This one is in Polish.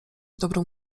dobrą